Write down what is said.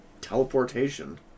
teleportation